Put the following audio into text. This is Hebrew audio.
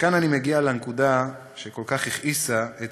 וכאן אני מגיע לנקודה שכל כך הכעיסה את